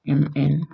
mn